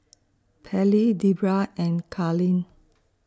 Pairlee Debera and Carlene